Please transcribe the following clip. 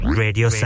radio